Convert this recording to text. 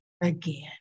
again